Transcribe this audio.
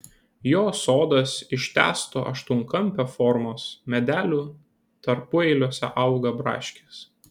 jo sodas ištęsto aštuonkampio formos medelių tarpueiliuose auga braškės